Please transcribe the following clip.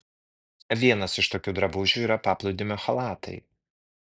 vienas iš tokių drabužių yra paplūdimio chalatai